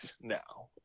now